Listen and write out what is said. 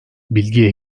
bilgi